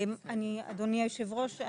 אדוני היושב ראש,